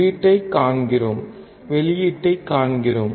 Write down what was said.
உள்ளீட்டைக் காண்கிறோம் வெளியீட்டைக் காண்கிறோம்